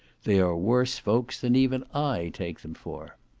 they are worse folks than even i take them for.